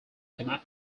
can